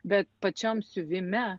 bet pačiam siuvime